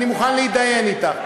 אני מוכן להתדיין אתך.